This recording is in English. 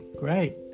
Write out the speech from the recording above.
great